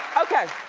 okay.